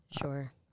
Sure